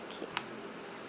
okay